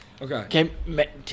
Okay